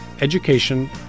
education